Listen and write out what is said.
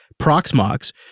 Proxmox